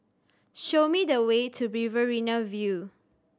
show me the way to Riverina View